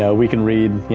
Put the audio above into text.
yeah we can read. yeah